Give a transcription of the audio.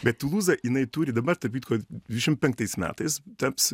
bet tulūza jinai turi dabar tarp kitko dvidešim penktais metais taps